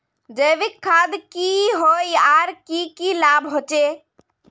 जैविक खाद की होय आर की की लाभ होचे?